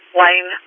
line